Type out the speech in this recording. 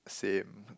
same